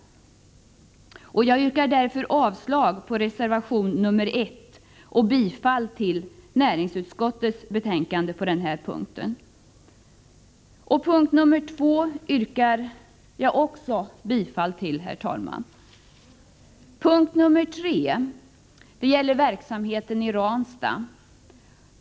Jag yrkar därför avslag på reservation 1 och bifall till näringsutskottets hemställan på denna punkt, liksom också till punkt 2. Punkt 3 gäller verksamheten i Ranstad.